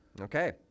Okay